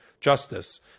justice